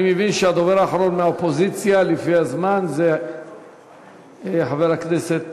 אני מבין שהדובר האחרון מהאופוזיציה לפי הזמן הוא חבר הכנסת